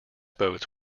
boats